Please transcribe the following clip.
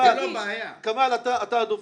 כמאל, אתה הדובר.